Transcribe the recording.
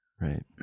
right